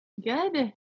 Good